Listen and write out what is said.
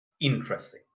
interesting